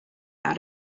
out